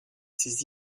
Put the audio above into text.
ses